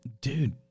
dude